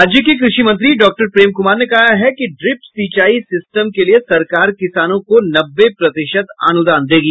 राज्य के कृषि मंत्री डॉक्टर प्रेम कुमार ने कहा है कि ड्रिप सिंचाई सिस्टम के लिये सरकार किसानों को नब्बे प्रतिशत अनुदान देगी